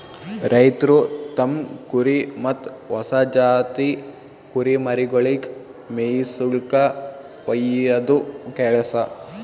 ರೈತ್ರು ತಮ್ಮ್ ಕುರಿ ಮತ್ತ್ ಹೊಸ ಜಾತಿ ಕುರಿಮರಿಗೊಳಿಗ್ ಮೇಯಿಸುಲ್ಕ ಒಯ್ಯದು ಕೆಲಸ